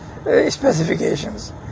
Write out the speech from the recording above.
specifications